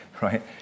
right